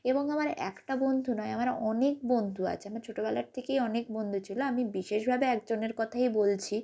এবং আমার একটা বন্ধু নয় আমার অনেক বন্ধু আছে আমার ছোটোবেলার থেকেই অনেক বন্ধু ছিল আমি বিশেষভাবে একজনের কথাই বলছি